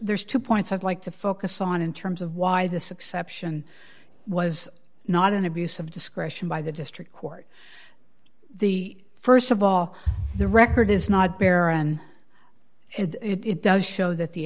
there's two points i'd like to focus on in terms of why this exception was not an abuse of discretion by the district court the st of all the record is not bare and it does show that the